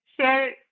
share